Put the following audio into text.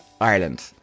Ireland